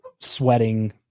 sweating